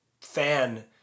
fan